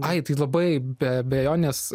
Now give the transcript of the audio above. i tai labai be abejonės